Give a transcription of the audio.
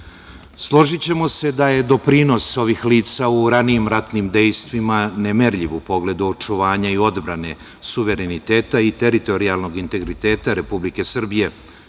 invalide. Složićemo se da je doprinos ovih lica u ranijim ratnim dejstvima nemerljiv u pogledu očuvanja i odbrane suvereniteta i teritorijalnog integriteta Republike Srbije,